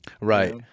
Right